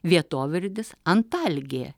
vietovardis antalgė